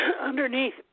underneath